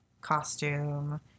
costume